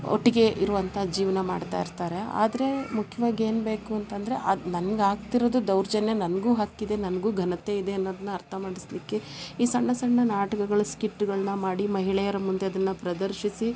ಒಟ್ಟಿಗೆ ಇರುವಂಥಾ ಜೀವನ ಮಾಡ್ತಾಯಿರ್ತಾರೆ ಆದರೆ ಮುಖ್ಯವಾಗಿ ಏನ್ಬೇಕು ಅಂತಂದರೆ ಆಗ ನನ್ಗೆ ಆಗ್ತಿರೋದು ದೌರ್ಜನ್ಯ ನನ್ಗೂ ಹಕ್ಕಿದೆ ನನಗೂ ಘನತೆ ಇದೆ ಅನ್ನೋದನ್ನ ಅರ್ಥ ಮಾಡಸಲಿಕ್ಕೆ ಈ ಸಣ್ಣ ಸಣ್ಣ ನಾಟಕಗ ಸ್ಕಿಟ್ಗಳನ್ನ ಮಾಡಿ ಮಹಿಳೆಯರ ಮುಂದೆ ಅದನ್ನ ಪ್ರದರ್ಶಿಸಿ